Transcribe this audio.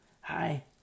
hi